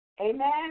Amen